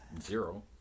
Zero